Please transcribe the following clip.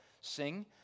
Sing